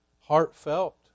heartfelt